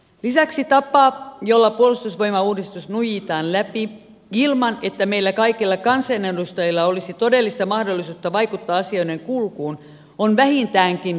lisäksi tapa jolla puolustusvoimauudistus nuijitaan läpi ilman että meillä kaikilla kansanedustajilla olisi todellista mahdollisuutta vaikuttaa asioiden kulkuun on vähintäänkin kyseenalainen